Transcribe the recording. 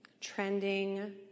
trending